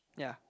yeah